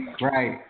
Right